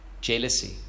Jealousy